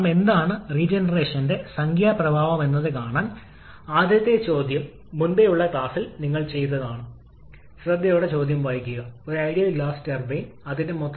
HP ടർബൈനിനും LP ടർബൈനിനുമായി isentropic വിപുലീകരണം എന്ന ആശയം വീണ്ടും സമാനമായി ഉപയോഗിക്കുക